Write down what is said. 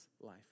life